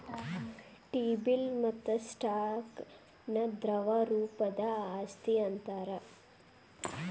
T bill ಮತ್ತ stock ನ ದ್ರವ ರೂಪದ್ ಆಸ್ತಿ ಅಂತಾರ್